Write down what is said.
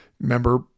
remember